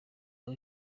aho